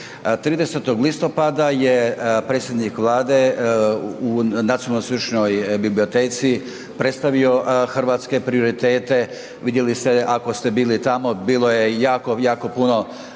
30. listopada je predsjednik Vlade u NSB-u predstavio hrvatske prioritete, vidjeli ste ako ste bili tamo, bilo je jako, jako puno